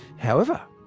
however,